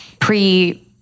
pre